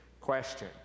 question